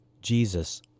Jesus